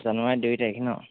জানুৱাৰী দুই তাৰিখ ন